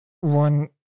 one